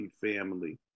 family